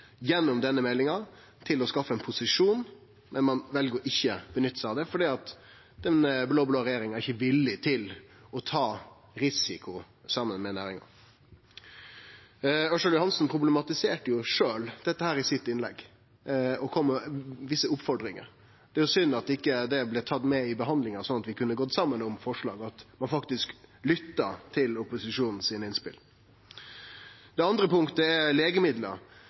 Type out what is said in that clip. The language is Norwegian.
gjennom denne meldinga til å skaffe seg ein posisjon, men ein vel å ikkje nytte seg av det – den blå-blå regjeringa er ikkje villig til å ta risiko saman med næringa. Representanten Ørsal Johansen problematiserte sjølv dette i innlegget sitt og kom med visse oppfordringar. Det er synd at det ikkje blei tatt med i behandlinga, slik at vi kunne gått saman om forslag, at ein faktisk lytta til innspela frå opposisjonen. Det andre punktet gjeld legemiddel.